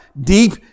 Deep